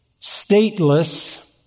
stateless